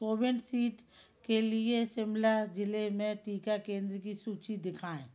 कोवेनसीड के लिए शिमला ज़िले में टीका केंद्र की सूची दिखाएँ